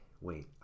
wait